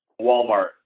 Walmart